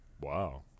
Wow